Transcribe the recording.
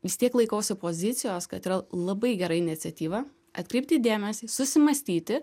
vis tiek laikausi pozicijos kad yra labai gera iniciatyva atkreipti dėmesį susimąstyti